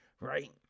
right